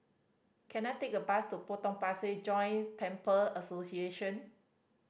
can I take a bus to Potong Pasir Joint Temple Association